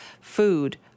food